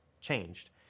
changed